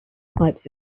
pipes